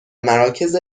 مراکز